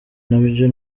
nabyo